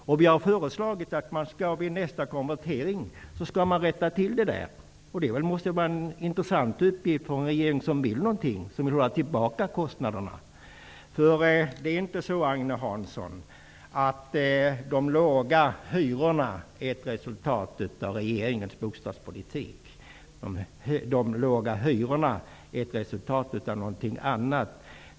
Vi har föreslagit att man skall rätta till det här vid nästa konvertering. Det måste vara en intressant uppgift för en regering som vill någonting, som vill hålla tillbaka kostnaderna. Det är inte så, Agne Hansson, att de låga hyrorna är ett resultat av regeringens bostadspolitik. De låga hyrorna är ett resultat av någonting annat.